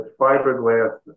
fiberglass